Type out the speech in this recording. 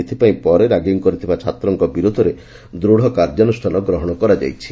ଏଥପାଇଁ ପରେ ରାଗିଙ୍ଗ୍ କରିଥିବା ଛାତ୍ରଙ୍କ ବିରୋଧରେ ଦୂଢ଼ କାର୍ଯ୍ୟାନୁଷ୍ଠାନ ଗ୍ରହଣ କରାଯାଇଛି